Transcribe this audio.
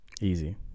Easy